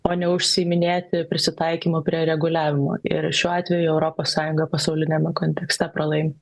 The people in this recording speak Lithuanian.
o ne užsiiminėti prisitaikymu prie reguliavimų ir šiuo atveju europos sąjunga pasauliniame kontekste pralaimi